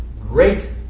great